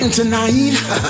Tonight